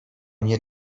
mnie